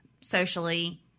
socially